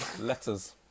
Letters